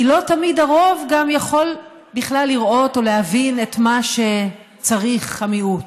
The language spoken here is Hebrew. כי לא תמיד הרוב גם יכול בכלל לראות או להבין את מה שצריך המיעוט.